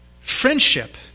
friendship